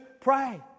pray